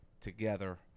together